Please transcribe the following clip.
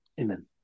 amen